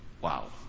Wow